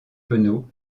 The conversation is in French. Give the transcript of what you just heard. penaud